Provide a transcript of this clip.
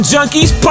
Junkies